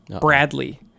Bradley